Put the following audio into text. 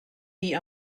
die